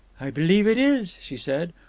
i believe it is, she said,